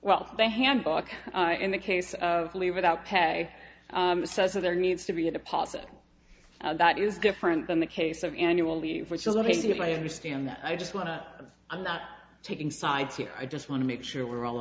well they handbook in the case of leave without pay says there needs to be a deposit that is different than the case of annual leave which will let me see if i understand that i just want to i'm not taking sides here i just want to make sure we're all